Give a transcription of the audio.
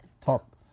Top